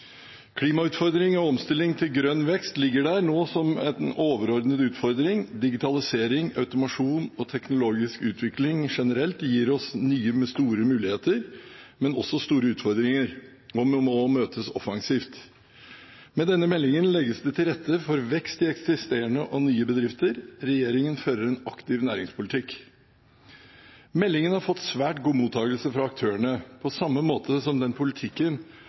Klimautfordringer og omstilling til grønn vekst ligger der nå som en overordnet utfordring. Digitalisering, automasjon og teknologisk utvikling generelt gir oss nye, men store muligheter, men også store utfordringer som må møtes offensivt. Med denne meldingen legges det til rette for vekst i eksisterende og nye bedrifter. Regjeringen fører en aktiv næringspolitikk. Meldingen har fått svært god mottakelse fra aktørene, på samme måte som den politikken